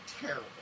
terrible